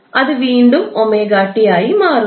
അത് വീണ്ടും 𝜔𝑡 ആയി മാറുന്നു